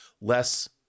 less